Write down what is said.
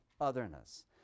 otherness